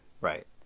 Right